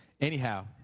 Anyhow